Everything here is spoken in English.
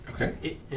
Okay